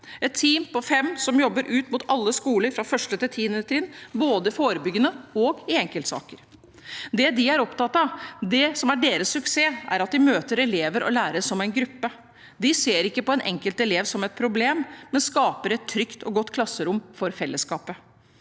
et team på fem som jobber ut mot alle skoler, fra 1. til 10. trinn, både forebyggende og i enkeltsaker. Det de er opptatt av, det som er deres suksess, er at de møter elever og lærere som en gruppe. De ser ikke på en enkelt elev som et problem, men skaper et trygt og godt klasserom for fellesskapet.